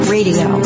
Radio